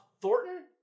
Thornton